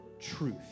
truth